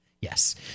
Yes